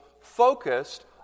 focused